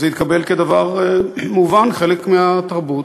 וזה התקבל כדבר מובן, חלק מהתרבות.